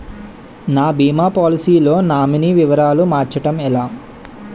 నా భీమా పోలసీ లో నామినీ వివరాలు మార్చటం ఎలా?